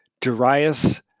Darius